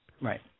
Right